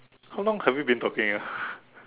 how long have you been talking ah